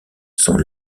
sont